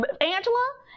Angela